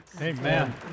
Amen